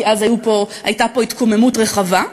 כי אז הייתה פה התקוממות רחבה,